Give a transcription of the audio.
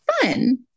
Fun